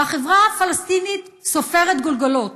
החברה הפלסטינית סופרת גולגולות,